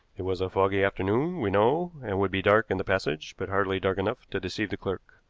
it was a foggy afternoon, we know, and would be dark in the passage, but hardly dark enough to deceive the clerk.